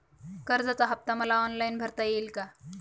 कर्जाचा हफ्ता मला ऑनलाईन भरता येईल का?